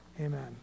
Amen